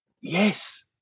Yes